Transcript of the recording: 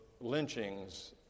lynchings